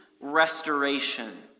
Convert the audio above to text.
restoration